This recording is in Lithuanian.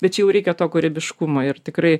bet čia jau reikia to kūrybiškumo ir tikrai